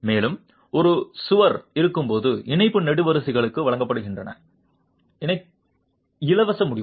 மேலும் ஒரு சுவர் இருக்கும்போது இணைப்பு நெடுவரிசைகளும் வழங்கப்படுகின்றன இலவச முடிவு